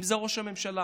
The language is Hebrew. אם זה ראש הממשלה.